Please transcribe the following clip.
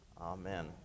Amen